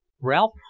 Ralph